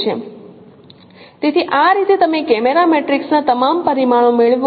તેથી આ રીતે તમે કેમેરા મેટ્રિક્સ ના તમામ પરિમાણો મેળવો